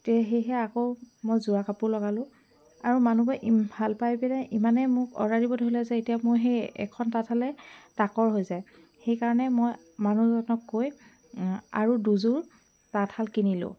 সেয়েহে আকৌ মই যোৰা কাপোৰ লগালোঁ আৰু মানুহবোৰে ভাল পাই পেলাই ইমানে মোক অৰ্ডাৰ দিব ধৰিলে যে এতিয়া মোৰ সেই এখন তাঁতশালে তাকৰ হৈ যায় সেইকাৰণে মই মানুহজনক কৈ আৰু দুযোৰ তাঁতশাল কিনিলোঁ